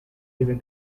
even